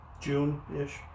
June-ish